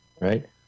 right